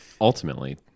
Ultimately